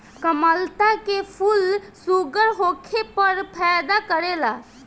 कामलता के फूल शुगर होखे पर फायदा करेला